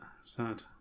Sad